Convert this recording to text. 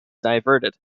diverted